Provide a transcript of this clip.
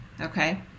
Okay